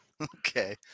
Okay